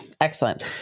Excellent